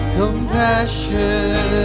compassion